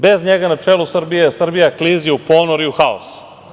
Bez njega na čelu Srbije, Srbija klizi u ponor i u haos.